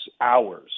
hours